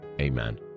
Amen